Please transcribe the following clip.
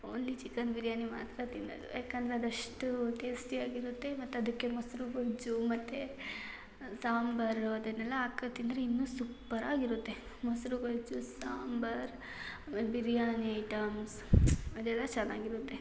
only chicken biryani ಮಾತ್ರ ತಿನ್ನೋದು ಯಾಕಂದರೆ ಅದು ಅಷ್ಟು ಟೇಸ್ಟಿಯಾಗಿರುತ್ತೆ ಮತ್ತು ಅದಕ್ಕೆ ಮೊಸರು ಗೊಜ್ಜು ಮತ್ತು ಸಾಂಬಾರು ಅದನ್ನೆಲ್ಲ ಹಾಕ್ಕೊ ತಿಂದರೆ ಇನ್ನೂ ಸುಪ್ಪರಾಗಿರುತ್ತೆ ಮೊಸರು ಗೊಜ್ಜು ಸಾಂಬಾರು ಆಮೇಲೆ ಬಿರ್ಯಾನಿ ಐಟಮ್ಸ್ ಅದೆಲ್ಲ ಚೆನ್ನಾಗಿರುತ್ತೆ